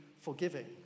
forgiving